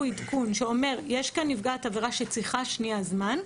עדכון שאומר: יש כאן נפגעת עבירה שצריכה שנייה זמן,